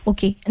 Okay